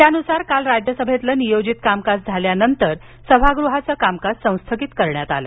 त्यानुसार काल राज्यसभेतील नियोजित कामकाज झाल्यानंतर सभागृहाचं कामकाज संस्थगित करण्यात आलं